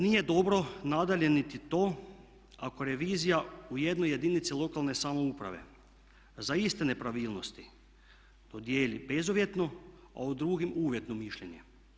Nije dobro nadalje niti to ako revizija u jednoj jedinici lokalne samouprave za iste nepravilnosti dodijeli bezuvjetno a u drugim uvjetno mišljenje.